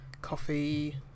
coffee